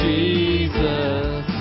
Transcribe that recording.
Jesus